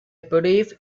believe